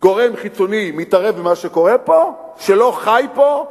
גורם חיצוני מתערב במה שקורה פה, שלא חי פה,